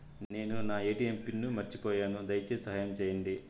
నేను నా ATM pin మర్చిపోయాను, దయచేసి సహాయం చేయండి